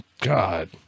God